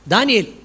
Daniel